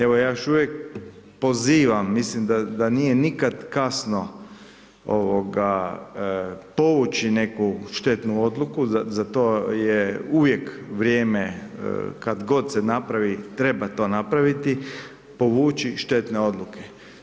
Evo ja još uvijek pozivam, mislim da nije nikad kasno povući neku štetnu odluku, za to je uvijek vrijeme, kad god se napravi, treba to napraviti, povući štetne odluke.